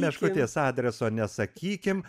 meškutės adreso nesakykim